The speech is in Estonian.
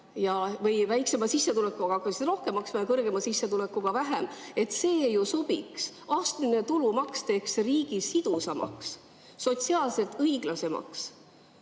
et väiksema sissetulekuga hakati rohkem maksma ja kõrgema sissetulekuga vähem. See ju sobiks. Astmeline tulumaks teeks riigi sidusamaks ja sotsiaalselt õiglasemaks.